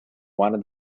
wanted